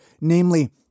Namely